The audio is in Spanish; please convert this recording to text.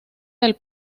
del